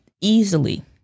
easily